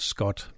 Scott